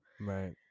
Right